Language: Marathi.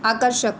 आकर्षक